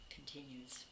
Continues